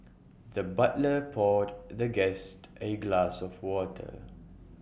the butler poured the guest A glass of water